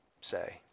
say